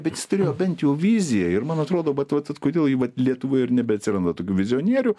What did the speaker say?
jisai turėjo bent jau viziją ir man atrodo vat vat vat kodėl į vat lietuvoj ir nebeatsiranda tokių vizionierių